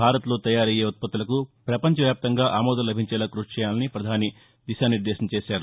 భారత్లో తయారయ్యే ఉత్పత్తులకు ప్రపంచవ్యాప్తంగా ఆమోదం లభించేలా కృషి చేయాలని పధాని దిశా నిర్దేశం చేశారు